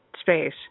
space